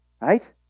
Right